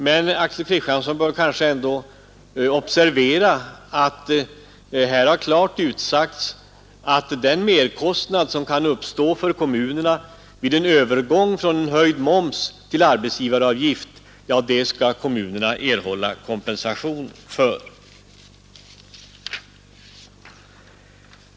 Men Axel Kristiansson bör kanske ändå observera att här har klart utsagts att den merkostnad som kan uppstå för kommunerna genom att arbetsgivaröjs i stället för momsen skall de erhålla kompensation för.